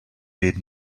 did